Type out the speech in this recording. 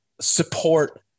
support